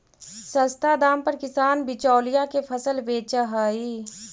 सस्ता दाम पर किसान बिचौलिया के फसल बेचऽ हइ